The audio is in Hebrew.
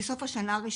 בסוף השנה הראשונה,